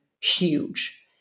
huge